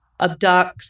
abducts